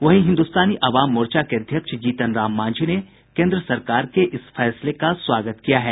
वहीं हिन्दुस्तानी अवाम मोर्चा के अध्यक्ष जीतनराम मांझी ने केन्द्र सरकार के इस फैसले का स्वागत किया है